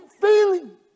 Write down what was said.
feeling